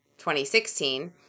2016